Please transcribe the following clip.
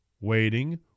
waiting